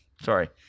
Sorry